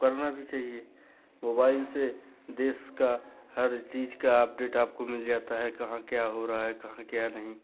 और करना भी चाहिए मोबाईल से देश का हर चीज़ की अपडेट आपको मिल जाती है कहाँ क्या हो रहा है कहाँ क्या नहीं